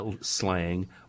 slang